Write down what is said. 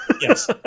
Yes